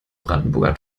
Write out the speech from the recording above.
brandenburger